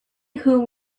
whom